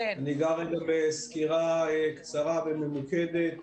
אני אגע בסקירה קצרה וממוקדת.